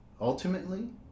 ultimately